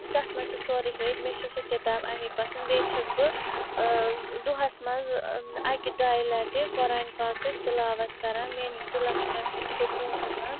تَتھ منٛز چھُ سورُے ہٲیتھ مےٚ چھُ سۄ کِتاب اَمیٚے پَسنٛد بیٚیہِ چھیٚس بہٕ ٲں دۄہَس منٛز ٲں اَکہِ دۄیہِ لَٹہِ قۄرآنِ پاکٕچۍ تِلاوت کَران میٛٲنِس دِلَس چھُ تَمہِ سۭتۍ سکوٗن یِوان